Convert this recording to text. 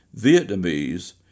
Vietnamese